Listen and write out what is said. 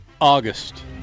August